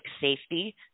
safety